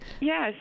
Yes